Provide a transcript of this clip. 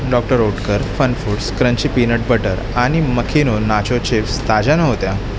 doctor Oetker FunFoods crunchy peanut butter आणि मखिनो nacho chips ताज्या नव्हत्या